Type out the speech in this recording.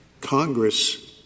Congress —